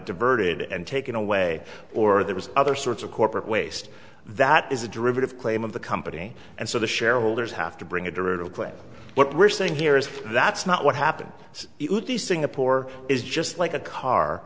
diverted and taken away or there was other sorts of corporate waste that is a derivative claim of the company and so the shareholders have to bring a derivative claim what we're saying here is that's not what happened in the singapore is just like a car